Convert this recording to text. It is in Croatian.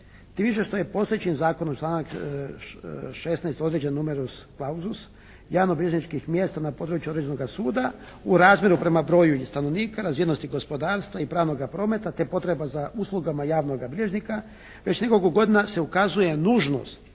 Tim više što je postojećim zakonom članak 16. određen numerus clausus javnobilježničkih mjesta. Na području određenoga suda u razmjeru prema broju i stanovnika, razvijenosti gospodarstva i pravnoga prometa te potreba za uslugama javnog bilježnika već nekoliko godina se ukazuje nužnost